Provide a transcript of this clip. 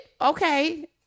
Okay